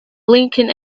blinking